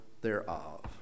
thereof